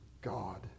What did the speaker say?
God